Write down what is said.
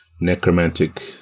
necromantic